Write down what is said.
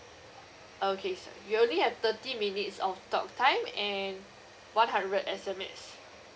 okay so you only have thirty minutes of talk time and one hundred S_M_S